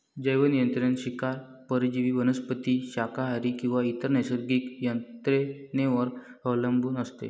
जैवनियंत्रण शिकार परजीवी वनस्पती शाकाहारी किंवा इतर नैसर्गिक यंत्रणेवर अवलंबून असते